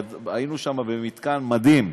היינו שם במתקן מדהים,